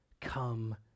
come